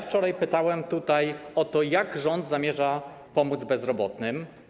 Wczoraj pytałem o to, jak rząd zamierza pomóc bezrobotnym.